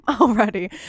already